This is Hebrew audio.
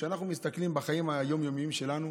כשאנחנו מסתכלים בחיים היום-יומיים שלנו,